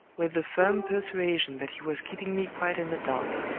with the firm persuasion that he was keeping me quite in the dark.